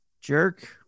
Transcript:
jerk